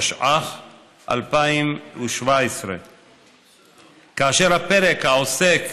התשע"ח 2017. הפרק העוסק